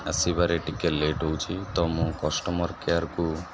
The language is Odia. ଆସିବାରେ ଟିକିଏ ଲେଟ୍ ହେଉଛି ତ ମୁଁ କଷ୍ଟମର୍ କେୟାର୍କୁ